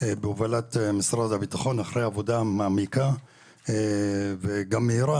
בהובלת משרד הביטחון אחרי עבודה מעמיקה וגם מהירה,